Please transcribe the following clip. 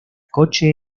coche